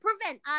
prevent